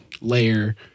layer